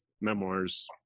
memoirs